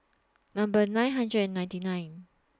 Number nine hundred and ninety nine